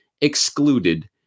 excluded